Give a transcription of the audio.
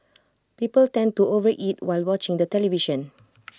people tend to overeat while watching the television